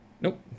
nope